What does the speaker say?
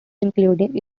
including